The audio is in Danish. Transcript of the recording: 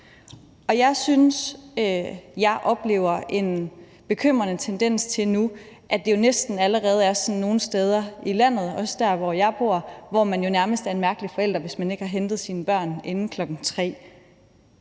nu oplever en bekymrende tendens til, at det næsten allerede er sådan nogle steder i landet – også der, hvor jeg bor – at man nærmest er en mærkelig forælder, hvis man ikke har hentet sine børn inden kl.